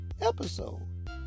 episode